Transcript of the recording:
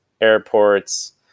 airports